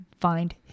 find